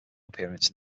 appearance